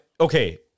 Okay